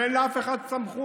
אין לאף אחד סמכות,